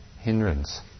hindrance